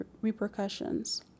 repercussions